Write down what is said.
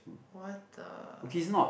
what the